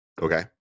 Okay